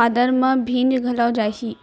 बादर म भींज घलौ जाही